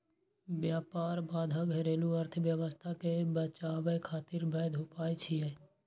व्यापार बाधा घरेलू अर्थव्यवस्था कें बचाबै खातिर वैध उपाय छियै